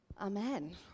Amen